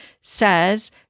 says